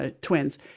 twins